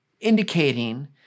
indicating